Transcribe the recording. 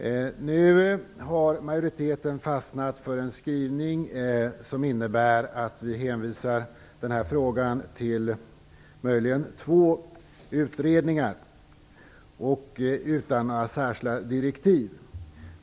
Nu har majoriteten fastnat för en skrivning som innebär att frågan hänvisas till två utredningar som inte har några särskilda direktiv.